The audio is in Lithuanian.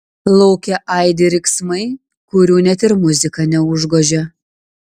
lauke aidi riksmai kurių net ir muzika neužgožia